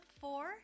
four